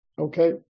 Okay